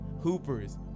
Hoopers